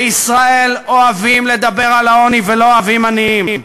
בישראל אוהבים לדבר על העוני ולא אוהבים עניים.